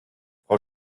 frau